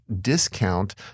discount